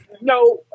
No